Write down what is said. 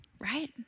right